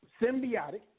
Symbiotic